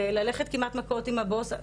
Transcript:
ללכת כמעט מכות עם הבוס,